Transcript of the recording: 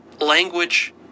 language